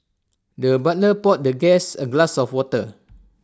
the butler poured the guest A glass of water